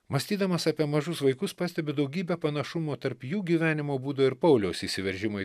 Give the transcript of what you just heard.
mąstydamas apie mažus vaikus pastebi daugybę panašumų tarp jų gyvenimo būdo ir pauliaus įsiveržimo į